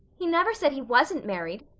he never said he wasn't married.